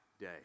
day